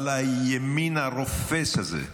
אבל הימין הרופס הזה,